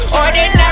ordinary